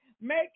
Make